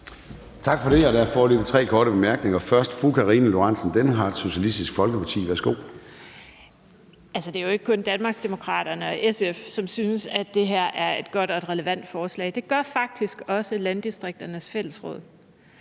Tak for det. Der er foreløbig tre korte bemærkninger. Først er det fru Karina Lorentzen Dehnhardt, Socialistisk Folkeparti. Værsgo. Kl. 16:04 Karina Lorentzen Dehnhardt (SF): Det er jo ikke kun Danmarksdemokraterne og SF, som synes, at det her er et godt og relevant forslag. Det gør faktisk også Landdistrikternes Fællesråd.